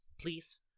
please